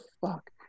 fuck